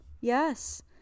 Yes